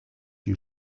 you